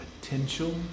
potential